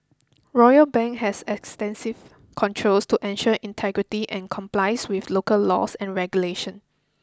Royal Bank has extensive controls to ensure integrity and complies with local laws and regulations